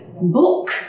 book